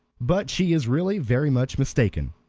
but she is really very much mistaken.